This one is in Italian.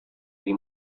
dei